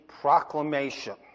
proclamation